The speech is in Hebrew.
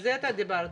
אני אעביר אליכם.